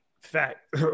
Fact